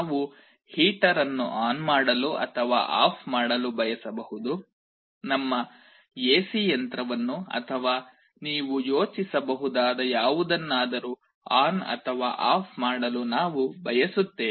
ನಾವು ಹೀಟರ್ ಅನ್ನು ಆನ್ ಮಾಡಲು ಅಥವಾ ಆಫ್ ಮಾಡಲು ಬಯಸಬಹುದು ನಮ್ಮ ಎಸಿ ಯಂತ್ರವನ್ನು ಅಥವಾ ನೀವು ಯೋಚಿಸಬಹುದಾದ ಯಾವುದನ್ನಾದರೂ ಆನ್ ಅಥವಾ ಆಫ್ ಮಾಡಲು ನಾವು ಬಯಸುತ್ತೇವೆ